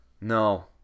No